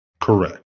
Correct